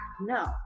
No